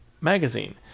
magazine